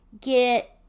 get